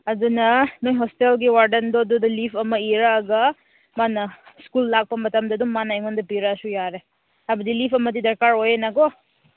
ꯑꯗꯨꯅ ꯅꯣꯏ ꯍꯣꯁꯇꯦꯜꯒꯤ ꯋꯥꯔꯗꯦꯟꯗꯣ ꯑꯗꯨꯗ ꯂꯤꯐ ꯑꯃ ꯏꯔꯛꯒ ꯃꯥꯅ ꯏꯁꯀꯨꯜ ꯂꯥꯛꯄ ꯃꯇꯝꯗ ꯑꯗꯨꯝ ꯃꯥꯅ ꯑꯩꯉꯣꯟꯗ ꯄꯤꯔꯛꯑꯁꯨ ꯌꯥꯔꯦ ꯍꯥꯏꯕꯗꯤ ꯂꯤꯐ ꯑꯃꯗꯤ ꯗꯔꯀꯥꯔ ꯑꯣꯏꯅꯀꯣ